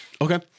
Okay